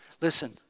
Listen